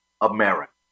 America